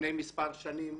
לפני מספר שנים,